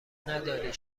نداری